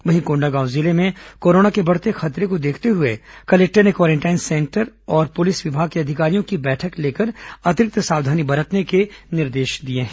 वहीं कोंडागांव जिले में कोरोना के बढ़ते खतरे को देखते हुए कलेक्टर ने क्वारेंटाइन सेक्टर और पुलिस विभाग के अधिकारियों की बैठक लेकर अतिरिक्त सावधानी बरतने के निर्देश दिए हैं